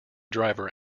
driver